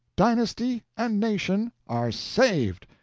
dynasty, and nation are saved.